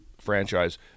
franchise